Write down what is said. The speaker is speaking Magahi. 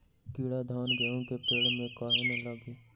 कीरा धान, गेहूं के पेड़ में काहे न लगे?